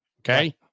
Okay